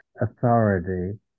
authority